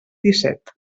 disset